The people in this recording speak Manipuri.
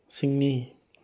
ꯁꯤꯡꯅꯤ